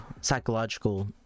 psychological